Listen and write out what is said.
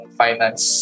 finance